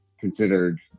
considered